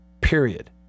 Period